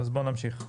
בואו נמשיך.